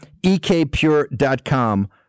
ekpure.com